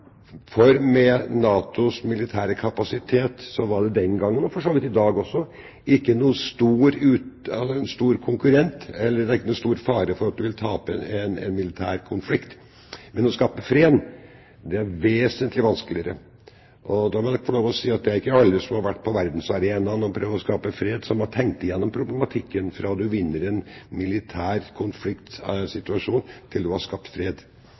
For med NATOs militære kapasitet var det ikke den gangen – og er det for så vidt heller ikke i dag – noen stor fare for å tape en militær konflikt. Å skape fred er vesentlig vanskeligere. Jeg må få lov å si at det er ikke alle som har vært på verdensarenaen og prøvd å skape fred, som har tenkt igjennom problematikken fra man vinner en militær konfliktsituasjon, til man har skapt fred.